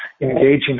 engaging